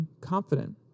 confident